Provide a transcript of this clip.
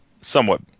somewhat